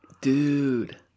Dude